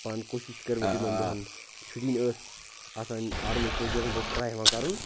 پانہٕ کوٗشِش کٔرمٕژ یِمَن دۄہَن چُھٹی ٲسۍ آسان آرمی سولجَرَن بہٕ اوسُس ٹرٛاے ہیٚوان کَرُن